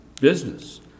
business